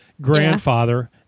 grandfather